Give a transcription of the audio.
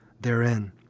therein